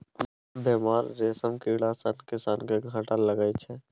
बेमार रेशम कीड़ा सँ किसान केँ घाटा लगै छै